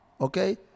okay